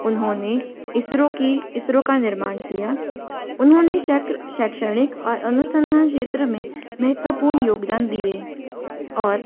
उन्होंने इसरो कि इसरो का निर्माण किया उन्होंने सेकह शैक्षणिक और अनुसंधान क्षेत्र में महत्वपूर्ण योगदान दिए और